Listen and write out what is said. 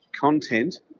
content